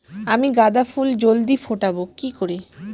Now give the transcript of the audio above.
আমি গাঁদা ফুল জলদি ফোটাবো কি করে?